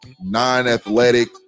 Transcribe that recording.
non-athletic